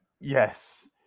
Yes